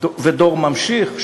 ודור ממשיך,